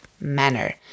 manner